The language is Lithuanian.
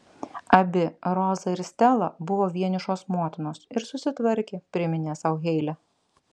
abi roza ir stela buvo vienišos motinos ir susitvarkė priminė sau heile